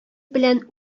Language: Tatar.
белән